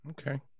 okay